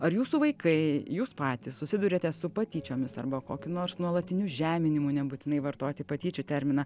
ar jūsų vaikai jūs patys susiduriate su patyčiomis arba kokiu nors nuolatiniu žeminimu nebūtinai vartoti patyčių terminą